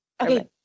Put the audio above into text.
Okay